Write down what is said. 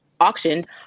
auctioned